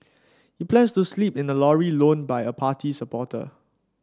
he plans to sleep in a lorry loaned by a party supporter